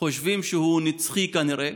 חושבים שהוא נצחי, כנראה.